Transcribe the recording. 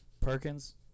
Perkins